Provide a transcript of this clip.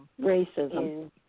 racism